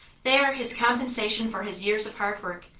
they are his compensation for his years of hard work,